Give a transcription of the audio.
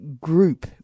group